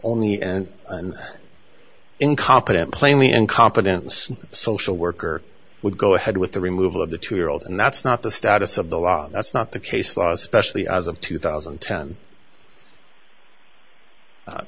only and incompetent plainly incompetence social worker would go ahead with the removal of the two year old and that's not the status of the law that's not the case law specially as of two thousand and ten